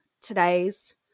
today's